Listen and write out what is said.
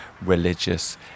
religious